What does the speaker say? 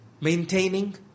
maintaining